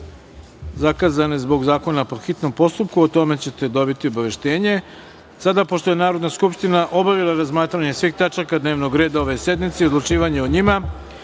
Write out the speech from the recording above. zakazane zbog zakona po hitnom postupku, o tome ćete dobiti obaveštenje. Pošto je Narodna skupština obavila razmatranje svih tačaka dnevnog reda ove sednice i odlučivanje o njima,